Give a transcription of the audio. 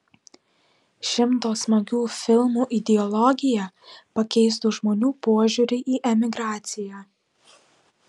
šimto smagių filmų ideologija pakeistų žmonių požiūrį į emigraciją